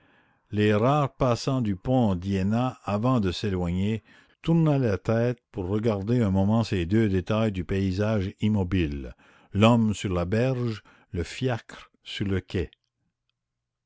les rares passants du pont d'iéna avant de s'éloigner tournaient la tête pour regarder un moment ces deux détails du paysage immobiles l'homme sur la berge le fiacre sur le quai